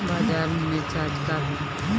बाजार में मिर्च आज का बा?